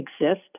exist